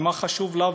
מה חשוב לה,